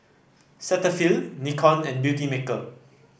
Cetaphil Nikon and Beautymaker